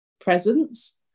presence